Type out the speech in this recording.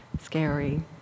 scary